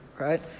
Right